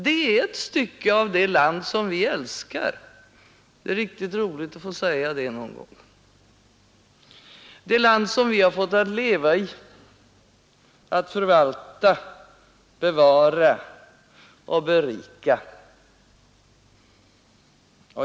Det är ett stycke av det land som vi älskar — det är riktigt roligt att få säga det — det land som vi har fått att leva i, att förvalta, bevara och berika.